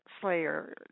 Slayer